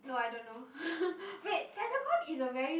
no I don't know wait pentagon is a very